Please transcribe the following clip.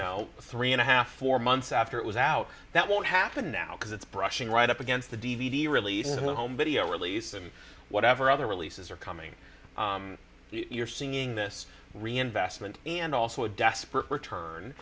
know three and a half four months after it was out that won't happen now because it's brushing right up against the d v d release of the home video release and whatever other releases are coming you're singing this reinvestment and also a desperate return